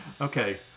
okay